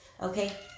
Okay